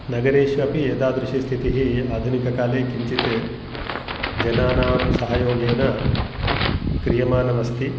नगरेषु अपि एतादृशी स्थितिः आधुनिककाले किञ्चित् जनानां सहयोगेन क्रियमाणमस्ति